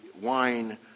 wine